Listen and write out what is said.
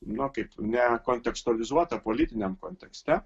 na kaip ne kontekstualizuota politiniam kontekste